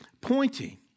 pointing